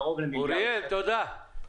לקרוב למיליארד שקל.